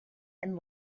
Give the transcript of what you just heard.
and